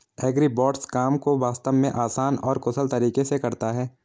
agribots काम को वास्तव में आसान और कुशल तरीके से करता है